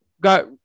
Got